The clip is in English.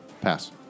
Pass